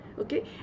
Okay